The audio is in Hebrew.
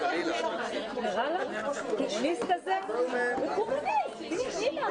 הישיבה ננעלה